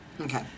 Okay